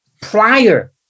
prior